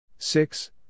Six